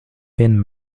been